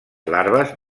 larves